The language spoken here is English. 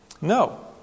No